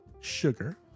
sugar